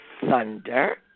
Thunder